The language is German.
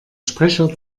sprecher